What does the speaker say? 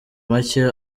make